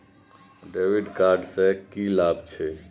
डेविट कार्ड से की लाभ छै?